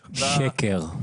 שקר.